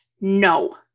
No